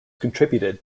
contributed